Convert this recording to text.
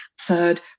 Third